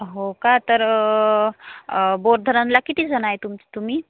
हो का तर बोर धरणला किती जणं आहे तुम तुम्ही